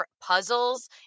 puzzles